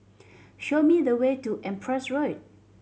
show me the way to Empress Road